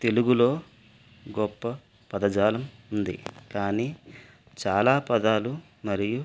తెలుగులో గొప్ప పదజాలం ఉంది కానీ చాలా పదాలు మరియు